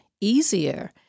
easier